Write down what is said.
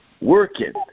Working